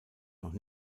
noch